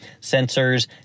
Sensors